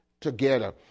together